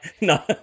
No